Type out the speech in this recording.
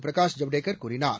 பிரகாஷ் ஜவ்டேகர் கூறினார்